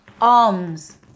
arms